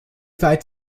weit